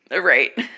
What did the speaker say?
Right